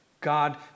God